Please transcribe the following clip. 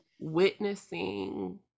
witnessing